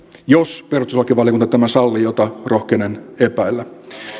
jos perustuslakivaliokunta tämän sallii mitä rohkenen epäillä